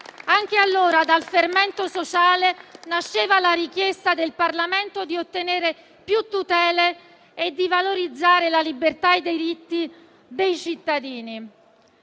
Anche allora, dal fermento sociale nasceva la richiesta del Parlamento di ottenere più tutele e di valorizzare la libertà e i diritti dei cittadini.